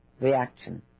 reaction